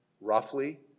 roughly